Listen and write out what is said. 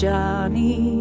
Johnny